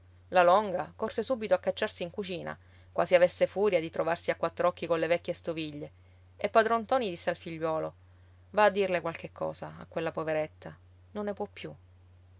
la longa corse subito a cacciarsi in cucina quasi avesse furia di trovarsi a quattr'occhi colle vecchie stoviglie e padron ntoni disse al figliuolo va a dirle qualche cosa a quella poveretta non ne può più